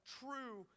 true